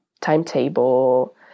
timetable